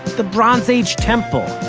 the bronze age temple.